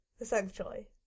Essentially